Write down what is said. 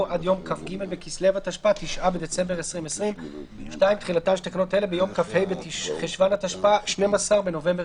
"עד יום כ"ג בכסלו התשפ"א (9 בדצמבר 2020)". תחילה 2. תחילתן של תקנות אלה ביום כ"ה בחשוון התשפ"א (12 בנובמבר